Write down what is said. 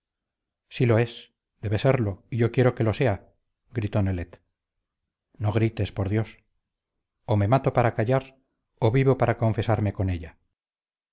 sí lo es debe serlo y yo quiero que lo sea gritó nelet no grites por dios o me mato para callar o vivo para confesarme con ella